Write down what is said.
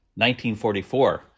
1944